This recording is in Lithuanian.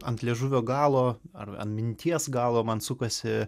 ant liežuvio galo ar ant minties galo man sukasi